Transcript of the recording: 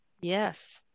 Yes